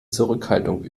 zurückhaltung